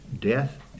death